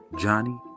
Johnny